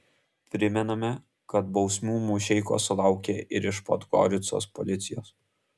primename kad bausmių mušeikos sulaukė ir iš podgoricos policijos